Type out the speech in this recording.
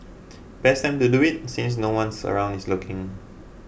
best time to do it since no one's around is looking